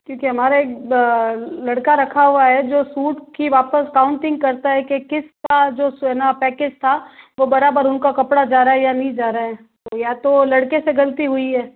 क्योंकि हमारे लड़का रखा हुआ है जो सूट की वापस काउंटिंग करता है कि किसका जो देना पैकेट था वो बराबर उनका कपड़ा जा रहा है या नहीं जा रहा है या तो लड़के से गलती हुई है